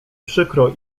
przykro